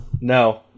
no